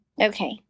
Okay